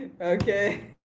Okay